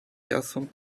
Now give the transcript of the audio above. часом